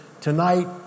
tonight